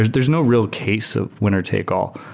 there's no real case of winner-take-all.